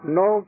no